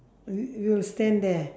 you~ you'll stand there